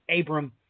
Abram